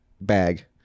bag